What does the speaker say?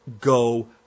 go